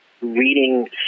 reading